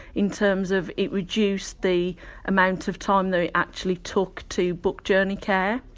in terms of it reduced the amount of time they actually took to book journey care.